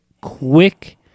quick